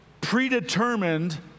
predetermined